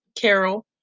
Carol